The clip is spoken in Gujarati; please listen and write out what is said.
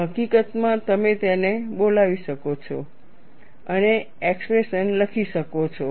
હકીકતમાં તમે તેને બોલાવી શકો છો અને એક્સપ્રેશન લખી શકો છો